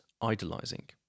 idolizing